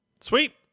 Sweet